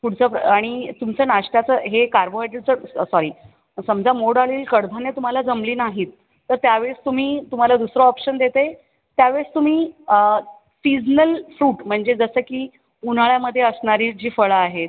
पुढचं आणि तुमच्या नाश्त्याचं हे कार्बोहायड्रेट जर सॉरी समजा मोड आलेली कडधान्ये तुम्हाला जमली नाहीत तर त्यावेळेस तुम्हाला दुसरा ऑप्शन देते त्यावेळेस तुम्ही सीजनल फ्रूट म्हणजे जसं की उन्हाळ्यामध्ये असणारी जी फळं आहेत